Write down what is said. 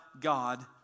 God